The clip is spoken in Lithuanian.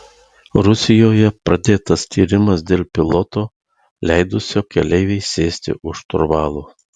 rusijoje pradėtas tyrimas dėl piloto leidusio keleivei sėsti už šturvalo